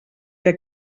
que